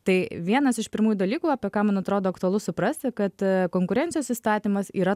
tai vienas iš pirmųjų dalykų apie ką man atrodo aktualu suprasti kad konkurencijos įstatymas yra